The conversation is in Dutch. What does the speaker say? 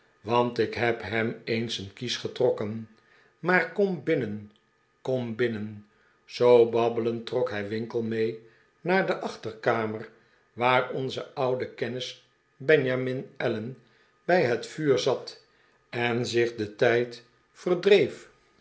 want ik heb hem eens een kies getrokken maar kom binnen kom binnen zoo babbelend trok hij winkle mee naar de achterkamer waar onze oude kennis benjamin allen bij het vuur zat en zich den tijd verdreef